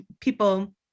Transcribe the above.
people